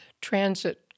transit